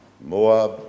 Moab